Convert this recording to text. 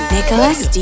Nicholas